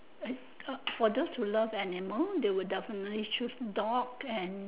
eh ah for those who love animal they will definitely choose dog and